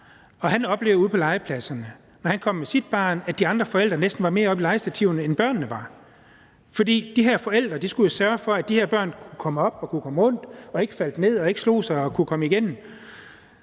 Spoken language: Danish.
når han kom med sit barn, at de andre forældre næsten var mere oppe i legestativerne, end børnene var, fordi de her forældre jo skulle sørge for, at de her børn kunne komme op og kunnne komme rundt og ikke faldt ned og ikke slog sig, og at de kunne komme igennem.